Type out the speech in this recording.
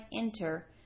enter